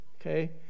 okay